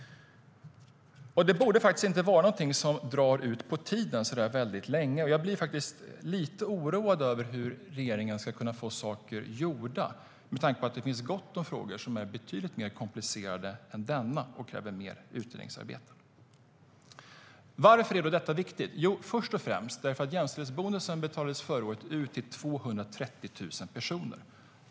Det borde faktiskt inte vara någonting som ska behöva dra ut på tiden så här länge. Jag blir faktiskt lite oroad över hur regeringen ska kunna få saker gjorda med tanke på att det finns gott om frågor som är betydligt mer komplicerade än denna och kräver mer utredningsarbete. Varför är då detta viktigt? Jo, först och främst för att jämställdhetsbonusen förra året betalades ut till 230 000 personer.